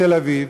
בתל-אביב.